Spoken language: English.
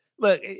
Look